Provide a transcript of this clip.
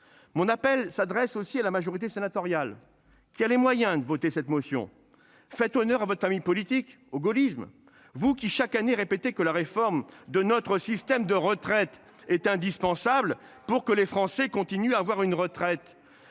Mon appel s'adresse aussi et la majorité sénatoriale qui a les moyens de voter cette motion fait honneur à votre famille politique au gaullisme. Vous qui chaque année répété que la réforme de notre système de retraite est indispensable pour que les Français continuent à avoir une retraite